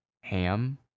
ham